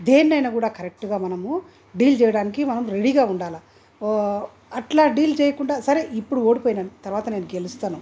దేన్నైనా కూడా కరెక్ట్గా మనము డీల్ చేయడానికి మనము రెడీగా ఉండాలి ఓ అట్లా డీల్ చేయకుండా సరే ఇప్పుడు ఓడిపోయాను తరువాత నేను గెలుస్తాను